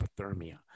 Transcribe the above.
hypothermia